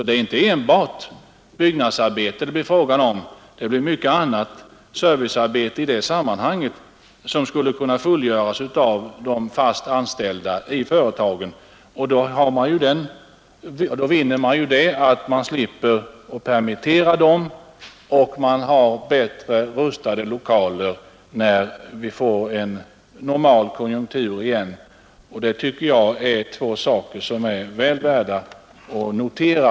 Det är inte bara byggnadsarbete som det skulle bli fråga om. Det finns mycket annat servicearbete i detta sammanhang som skulle kunna fullgöras av de i företagen fast anställda. Då vinner man att man slipper permittera dem, och man har bättre rustade lokaler när vi får en normal konjunktur igen. Det är två saker som jag tycker är väl värda att notera.